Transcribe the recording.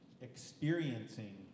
experiencing